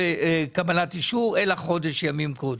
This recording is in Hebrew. לבוא לקבלת אישור, אלא חודש ימים קודם.